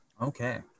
Okay